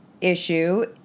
issue